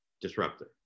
disruptor